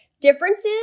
Differences